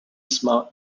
small